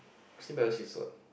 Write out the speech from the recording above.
symbiosis is what